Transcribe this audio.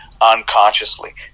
unconsciously